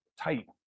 tight